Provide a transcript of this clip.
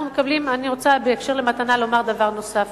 בקשר למתנה אני רוצה להגיד דבר נוסף.